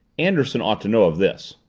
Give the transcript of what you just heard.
anderson ought to know of this.